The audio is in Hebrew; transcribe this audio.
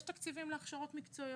יש תקציבים להכשרות מקצועיות.